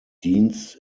dienst